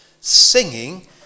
singing